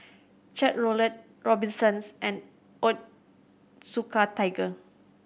Chevrolet Robinsons and Onitsuka Tiger